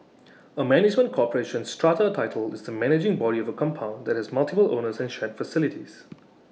A management corporation strata title is the managing body of A compound that has multiple owners and shared facilities